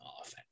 off